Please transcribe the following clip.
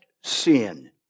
sin